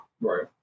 Right